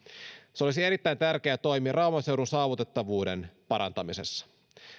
se olisi erittäin tärkeä toimi rauman seudun saavutettavuuden parantamisessa